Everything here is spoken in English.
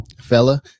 Fella